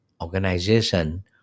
organization